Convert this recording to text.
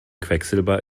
quecksilber